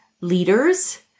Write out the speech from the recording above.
leaders